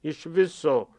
iš viso